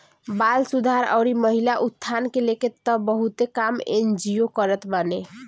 बाल सुधार अउरी महिला उत्थान के लेके तअ बहुते काम एन.जी.ओ करत बाने